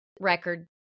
record